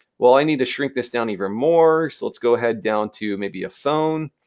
well, i need to shrink this down even more. so let's go ahead down to maybe a phone.